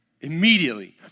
immediately